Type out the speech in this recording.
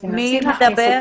--- מי זה מדבר?